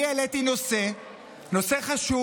אני העליתי נושא חשוב,